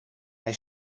hij